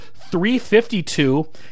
352